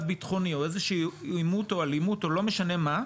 ביטחוני או איזשהו עימות או אלימות או לא משנה מה,